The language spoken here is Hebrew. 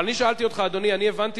אבל אני שאלתי אותך, אדוני, אני הבנתי